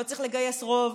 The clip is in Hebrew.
לא צריך לגייס רוב,